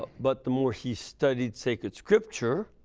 but the more he studied sacred scripture,